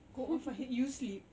go off ah you sleep